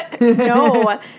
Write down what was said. No